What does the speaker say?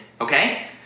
okay